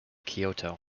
kyoto